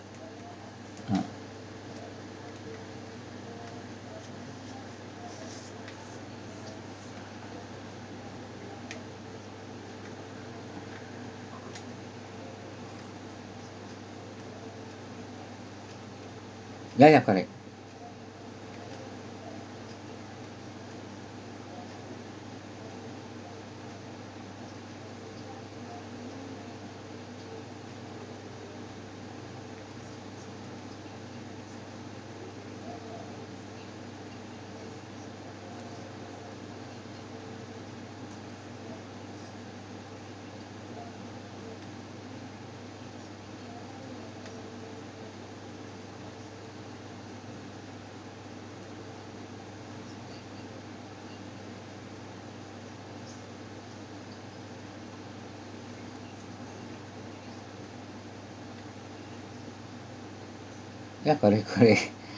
uh ya ya correct ya correct correct